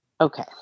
Okay